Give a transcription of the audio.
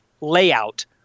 layout